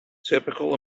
typical